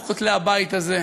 בין כותלי הבית הזה,